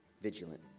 vigilant